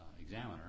examiner